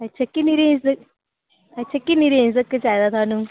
अच्छा किन्नी रेंज तक चाही दा थुहानू